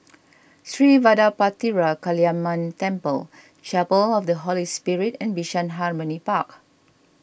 Sri Vadapathira Kaliamman Temple Chapel of the Holy Spirit and Bishan Harmony Park